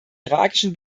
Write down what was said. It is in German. irakischen